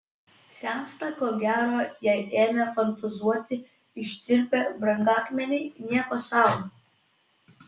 sensta ko gero jei ėmė fantazuoti ištirpę brangakmeniai nieko sau